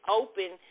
open